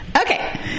Okay